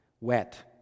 wet